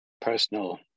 personal